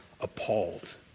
appalled